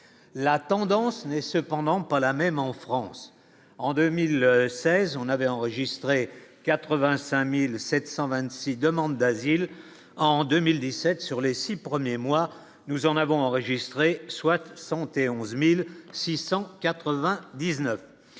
la tendance n'est cependant pas la même en France en 2016 on avait enregistré 85726 demandes d'asile en 2017, sur les 6 premiers mois, nous en avons enregistré Swat